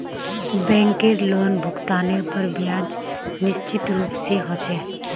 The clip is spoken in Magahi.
बैंकेर लोनभुगतानेर पर ब्याज निश्चित रूप से ह छे